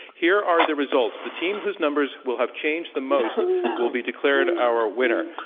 here are the results. the teams whose numbers will have changed the most will be declared our winner.